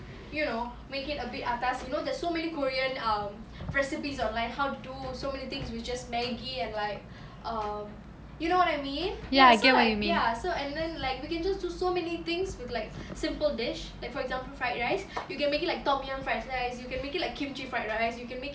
you know make it a bit atas you know there's so many korean um recipes online how do so many things were just maggi and like um you know what I mean so like ya so and then like we can just do so many things with like simple dish like for example fried rice you can make it like tom yum fried rice you can make it like kimchi fried rice you can make it